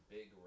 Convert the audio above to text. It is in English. Big